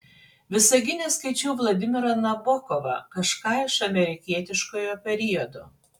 visagine skaičiau vladimirą nabokovą kažką iš amerikietiškojo periodo